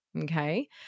Okay